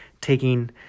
taking